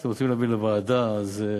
אתם רוצים להעביר לוועדה, אז,